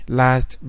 last